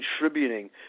contributing